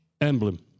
emblem